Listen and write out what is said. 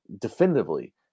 definitively